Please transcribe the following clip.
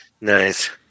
Nice